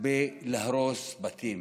בלהרוס בתים?